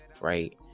right